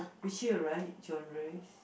which year right genres